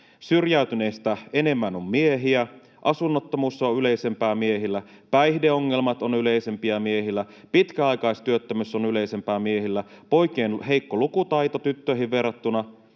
Syrjäytyneistä enemmän on miehiä. Asunnottomuus on yleisempää miehillä. Päihdeongelmat ovat yleisempiä miehillä. Pitkäaikaistyöttömyys on yleisempää miehillä. Poikien heikko lukutaito tyttöihin verrattuna.